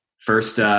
First